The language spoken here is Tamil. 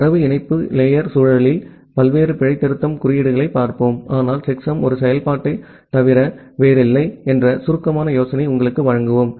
தரவு இணைப்பு லேயர் சூழலில் பல்வேறு பிழை திருத்தும் குறியீடுகளைப் பார்ப்போம் ஆனால் செக்சம் ஒரு செயல்பாட்டைத் தவிர வேறில்லை என்ற சுருக்கமான யோசனையை உங்களுக்கு வழங்குவோம்